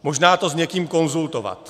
Možná to s někým konzultovat.